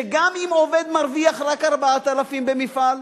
שגם אם עובד מרוויח רק 4,000 במפעל,